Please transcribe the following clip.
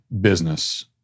business